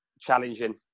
Challenging